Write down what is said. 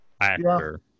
actor